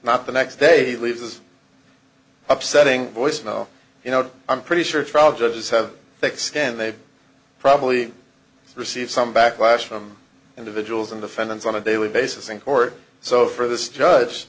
not the next day he leaves as upsetting voice now you know i'm pretty sure trial judges have thick skin they probably receive some backlash from individuals and the fans on a daily basis in court so for this judge